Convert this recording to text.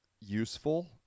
useful